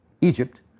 Egypt